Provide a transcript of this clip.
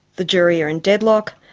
the jury are in deadlock.